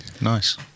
Nice